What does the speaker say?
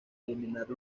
eliminar